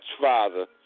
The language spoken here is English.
Father